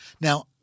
Now